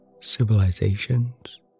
civilizations